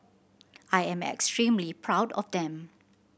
I am extremely proud of them